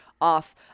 off